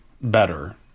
better